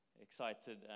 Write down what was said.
excited